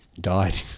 died